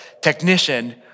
technician